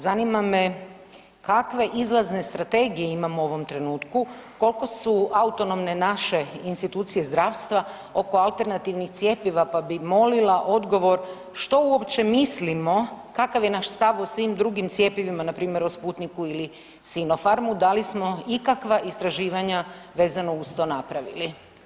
Zanima me kakve izlazne strategije imamo u ovom trenutku, koliko su autonomne naše institucije zdravstva oko alternativnih cjepiva, pa bih molila odgovor što uopće mislimo, kakav je naš stav o svim drugim cjepivima, npr. o Sputniku ili Sinofarmu, da li smo ikakva istraživanja vezano uz to napravili?